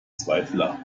zweifler